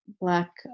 black